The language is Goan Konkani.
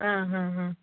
आं हां हां